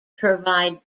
provide